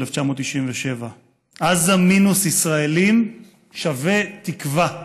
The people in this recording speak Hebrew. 1997: "עזה מינוס ישראלים שווה תקווה".